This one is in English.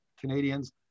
Canadians